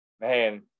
man